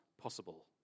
possible